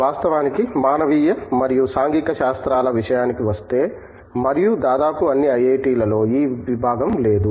వాస్తవానికి మానవీయ మరియు సాంఘిక శాస్త్రాల విషయానికి వస్తే మరియు దాదాపు అన్ని ఐఐటిలలో ఈ విభాగం లేదు